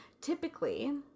Typically